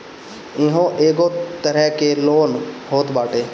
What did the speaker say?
इहो एगो तरह के लोन होत बाटे